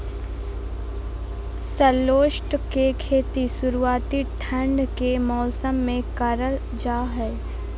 shallots के खेती शुरुआती ठंड के मौसम मे करल जा हय